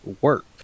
work